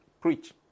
preach